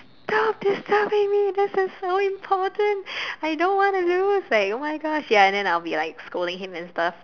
stop disturbing me this is so important I don't wanna lose like !oh-my-gosh! ya and then I'll be like scolding him and stuff